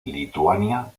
lituania